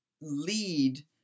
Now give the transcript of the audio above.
lead